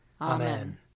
Amen